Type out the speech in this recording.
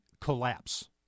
Collapse